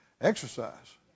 exercise